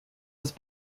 was